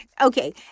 Okay